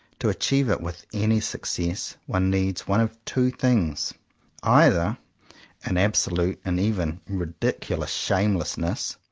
to achieve it with any success one needs one of two things either an absolute and even ridiculous shameless ness,